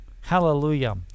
Hallelujah